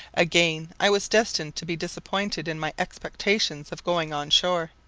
again i was destined to be disappointed in my expectations of going on shore.